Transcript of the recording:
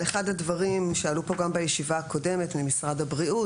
אחד הדברים שעלו פה גם בישיבה הקודמת ממשרד הבריאות,